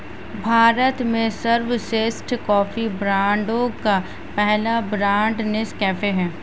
भारत में सर्वश्रेष्ठ कॉफी ब्रांडों का पहला ब्रांड नेस्काफे है